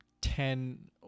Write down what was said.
ten